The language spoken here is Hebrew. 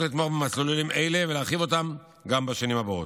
לתמוך במסלולים אלה ולהרחיב אותם גם בשנים הבאות.